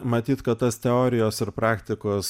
matyt kad tas teorijos ir praktikos